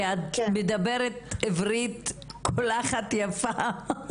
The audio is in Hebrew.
כי את מדברת עברית קולחת ויפה.